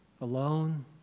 alone